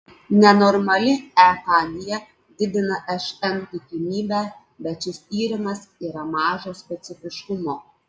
nenormali ekg didina šn tikimybę bet šis tyrimas yra mažo specifiškumo